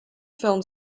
film